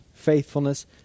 faithfulness